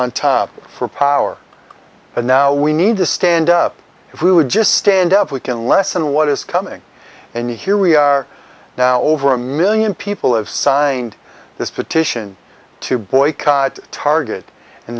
on top for power and now we need to stand up if we would just stand up we can lessen what is coming and here we are now over a million people have signed this petition to boycott target